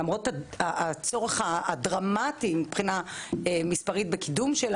למרות הצורך הדרמטי מבחינה מספרית בקידום,